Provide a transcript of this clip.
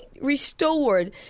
restored